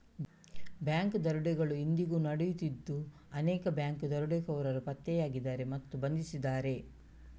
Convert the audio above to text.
bank ದರೋಡೆಗಳು ಇಂದಿಗೂ ನಡೆಯುತ್ತಿದ್ದು ಅನೇಕ ಬ್ಯಾಂಕ್ ದರೋಡೆಕೋರರು ಪತ್ತೆಯಾಗಿದ್ದಾರೆ ಮತ್ತು ಬಂಧಿಸಿದ್ದಾರೆ